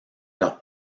leurs